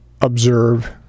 observe